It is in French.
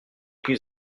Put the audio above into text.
plus